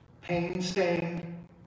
pain-stained